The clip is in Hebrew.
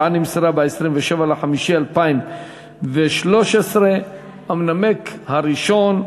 נמסרה ב-27 במאי 2013. המנמק הראשון,